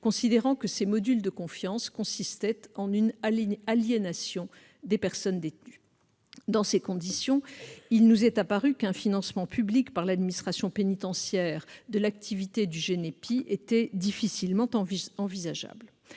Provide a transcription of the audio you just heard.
prévoit le développement, contribuaient à une « aliénation » des personnes détenues. Dans ces conditions, il nous est apparu qu'un financement public par l'administration pénitentiaire de l'activité du GENEPI était difficilement envisageable.